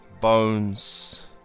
bones